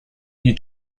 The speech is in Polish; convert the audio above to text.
nie